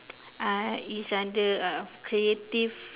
uh is under uh creative